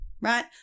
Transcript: right